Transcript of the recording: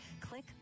click